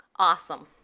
Awesome